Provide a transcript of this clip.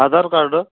Aadhaar card